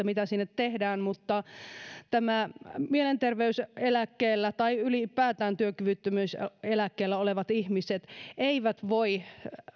mitä sinne tehdään mutta mielenterveyseläkkeellä tai ylipäätään työkyvyttömyyseläkkeellä olevat ihmiset eivät voi